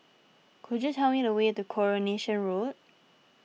could you tell me the way to Coronation Road